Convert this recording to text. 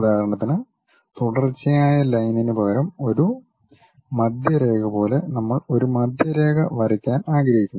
ഉദാഹരണത്തിന് തുടർച്ചയായ ലൈനിന് പകരം ഒരു മധ്യരേഖ പോലെ നമ്മൾ ഒരു മധ്യരേഖ വരയ്ക്കാൻ ആഗ്രഹിക്കുന്നു